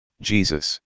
Jesus